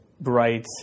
bright